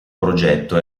progetto